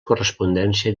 correspondència